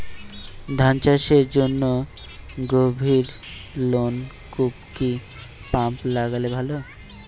ধান চাষের জন্য গভিরনলকুপ কি পাম্প লাগালে ভালো?